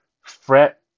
fret